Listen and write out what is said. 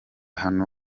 hano